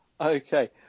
Okay